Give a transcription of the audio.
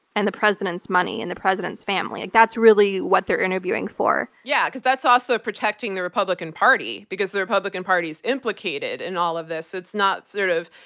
and the president's money, and the president's family. that's really what they're interviewing for. yeah, because that's also protecting the republican party, because the republican party's implicated in all of this. it's not sort of,